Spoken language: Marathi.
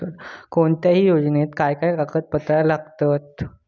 कोणत्याही योजनेक काय काय कागदपत्र लागतत?